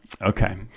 Okay